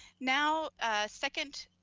now second